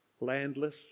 landless